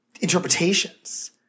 interpretations